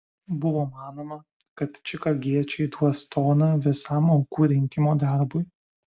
buvo manoma kad čikagiečiai duos toną visam aukų rinkimo darbui